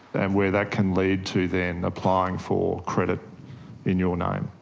and where that can lead to then applying for credit in your name,